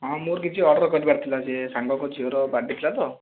ହଁ ମୋର କିଛି ଅର୍ଡ଼ର କରିବାର ଥିଲା ଯେ ସାଙ୍ଗଙ୍କ ଝିଅର ବାର୍ଥଡ଼େ ଥିଲା ତ